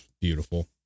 beautiful